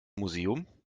museum